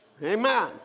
Amen